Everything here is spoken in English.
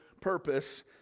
purpose